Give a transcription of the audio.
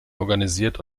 organisiert